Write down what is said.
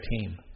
team